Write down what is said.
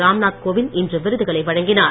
ராம்நாத் கோவிந்த் இன்று விருதுகளை வழங்கினார்